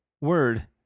word